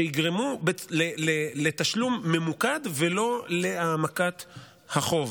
שיגרמו לתשלום ממוקד ולא להעמקת החוב,